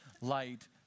light